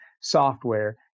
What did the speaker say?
software